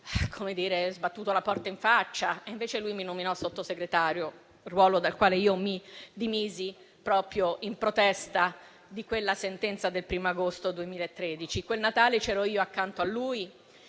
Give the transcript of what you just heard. come dire - sbattuto la porta in faccia; invece lui mi nominò Sottosegretario, ruolo dal quale mi dimisi proprio in protesta di quella sentenza del 1° agosto 2013. Quel Natale c'ero io accanto a lui e